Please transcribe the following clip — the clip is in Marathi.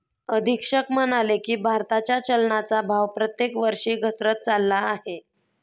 अधीक्षक म्हणाले की, भारताच्या चलनाचा भाव प्रत्येक वर्षी घसरत चालला आहे